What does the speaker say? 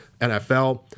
NFL